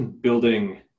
building